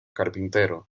carpintero